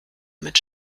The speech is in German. mit